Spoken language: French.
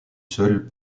seuls